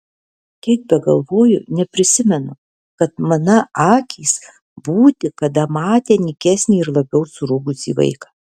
kiek begalvoju neprisimenu kad mana akys būti kada matę nykesnį ir labiau surūgusį vaiką